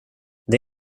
det